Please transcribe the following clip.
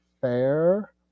fair